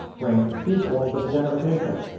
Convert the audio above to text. bring two forms of identification.